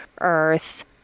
earth